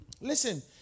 listen